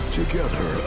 together